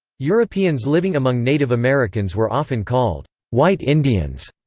europeans living among native americans were often called white indians.